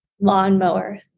lawnmower